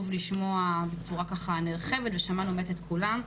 לשמוע בצורה נרחבת ושמענו באמת את כולם.